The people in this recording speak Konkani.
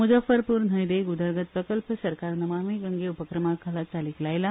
मुजप्फरपुर न्हय देग उदरगत प्रकल्प सरकार नमामी गंगे उपक्रमासकयल चालीक लायला